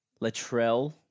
Latrell